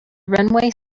runway